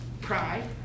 Pride